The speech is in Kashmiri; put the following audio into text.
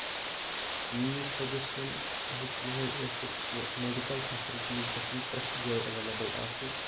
میٲنۍ سَجیشن ہٮ۪کہِ یِہٲے آسِتھ کہِ میڈِکل فیسَلٹیٖز گژھن پرٮ۪تھ جایہِ ایٚولیبٕل آسٕنۍ